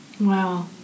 Wow